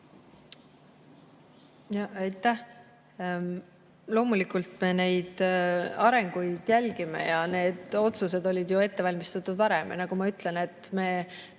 Aitäh! Loomulikult me neid arenguid jälgime ja need otsused olid ju ette valmistatud varem. Nagu ma ütlen, me